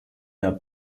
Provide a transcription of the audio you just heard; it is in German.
der